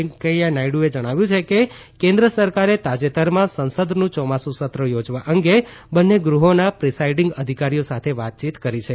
વૈંકેયા નાયડુએ જણાવ્યું છે કે કેન્દ્ર સરકારે તાજેતરમાં સંસદનું ચોમાસુ સત્ર યોજવા અંગે બંને ગૃહોના પ્રિસાઈડીંગ અધિકારીઓ સાથે વાતચીત કરી છે